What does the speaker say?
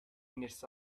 minutes